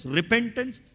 repentance